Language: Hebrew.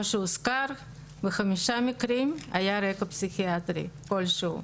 כמו שהוזכר בחמישה מקרים היה רקע פסיכיאטרי כלשהו.